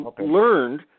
learned